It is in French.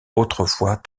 autrefois